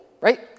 right